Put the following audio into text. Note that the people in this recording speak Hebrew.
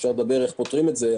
אפשר לדבר איך פותרים את זה,